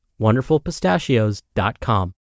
wonderfulpistachios.com